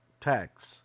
tax